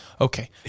Okay